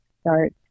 start